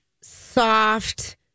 soft